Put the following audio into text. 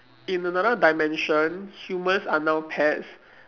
in another dimensions humans are not pets